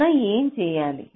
మనం ఏమి చేయాలి